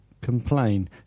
complain